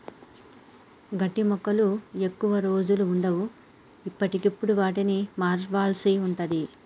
గడ్డి మొక్కలు ఎక్కువ రోజులు వుండవు, ఎప్పటికప్పుడు వాటిని మార్వాల్సి ఉంటది